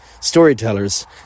storytellers